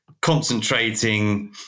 concentrating